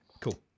Cool